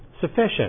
Sufficient